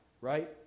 right